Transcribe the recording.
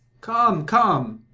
come, come,